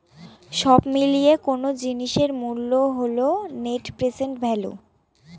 সব মিলিয়ে কোনো জিনিসের মূল্য হল নেট প্রেসেন্ট ভ্যালু